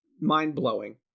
mind-blowing